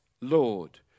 Lord